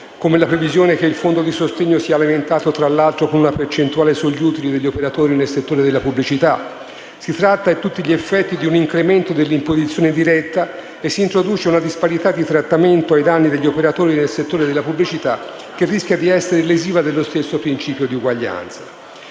come la previsione che il fondo di sostegno sia alimentato, tra l'altro, con una percentuale sugli utili degli operatori nel settore della pubblicità. Si tratta, a tutti gli effetti, di un incremento dell'imposizione diretta, e si introduce così una disparità di trattamento ai danni degli operatori nel settore della pubblicità che rischia di essere lesiva dello stesso principio di uguaglianza.